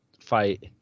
fight